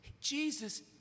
Jesus